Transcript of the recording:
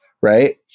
right